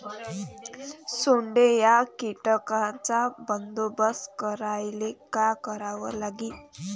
सोंडे या कीटकांचा बंदोबस्त करायले का करावं लागीन?